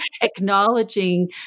acknowledging